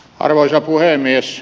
arvoisa puhemies